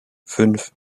fünf